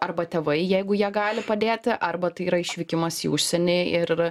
arba tėvai jeigu jie gali padėti arba tai yra išvykimas į užsienį ir